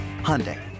Hyundai